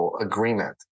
Agreement